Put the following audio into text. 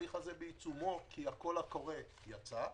התהליך הזה בעיצומו כי הקול הקורא יצא,